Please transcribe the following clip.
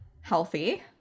healthy